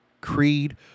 creed